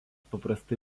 paprastai